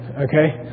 okay